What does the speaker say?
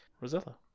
Rosella